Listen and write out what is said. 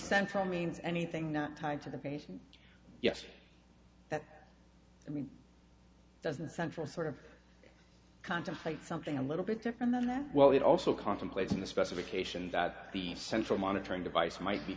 central means anything not tied to the patient yes that i mean doesn't central sort of contemplate something a little bit different than that well it also contemplates in the specification that the central monitoring device might be